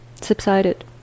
subsided